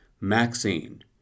Maxine